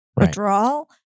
withdrawal